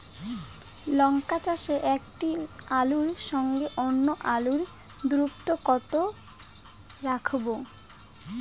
লঙ্কা চাষে একটি আলুর সঙ্গে অন্য আলুর দূরত্ব কত রাখবো?